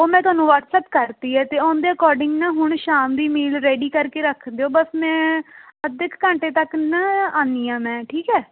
ਉਹ ਮੈਂ ਤੁਹਾਨੂੰ ਵਟਸਐਪ ਕਰਤੀ ਹੈ ਅਤੇ ਉਹਦੇ ਅਕੋਰਡਿੰਗ ਨਾ ਹੁਣ ਸ਼ਾਮ ਦੀ ਮੀਲ ਰੈਡੀ ਕਰਕੇ ਰੱਖ ਦਿਓ ਬਸ ਮੈਂ ਅੱਧੇ ਕੁ ਘੰਟੇ ਤੱਕ ਨਾ ਆਉਂਦੀ ਹਾਂ ਮੈਂ ਠੀਕ ਹੈ